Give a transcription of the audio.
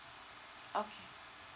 ok